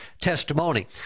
testimony